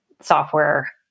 software